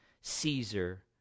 Caesar